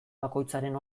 bakoitzaren